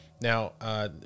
Now